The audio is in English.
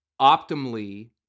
optimally